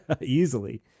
easily